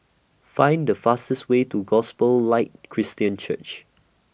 Find The fastest Way to Gospel Light Christian Church